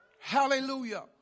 Hallelujah